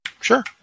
Sure